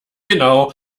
genau